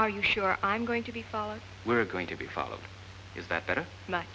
are you sure i'm going to be followed we're going to be followed is that better not